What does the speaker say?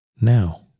now